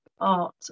art